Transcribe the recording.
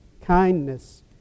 kindness